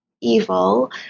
evil